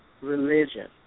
religion